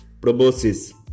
proboscis